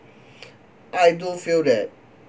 I do feel that